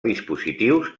dispositius